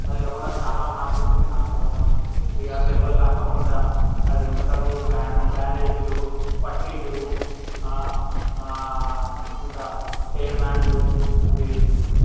అది కాకుండా చాలా మార్పు వచ్చేసింది ఆటలలో ఇక దెబ్బలు తాకకుండా అవి ఏమంటారు బ్యాండ్ బ్యాండేజులు పట్టీలు ఇంకా హెయిర్ బ్యాండ్లు అవీ